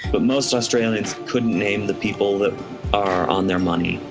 but most australians couldn't name the people that are on their money.